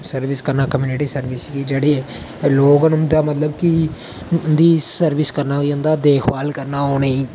service करना community service गी जेह्ड़ी लोग न उं'दा मतलब कि उं'दी सर्विस करना होई जंदा देखभाल करना उ'नेंगी